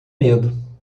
medo